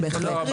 בהחלט.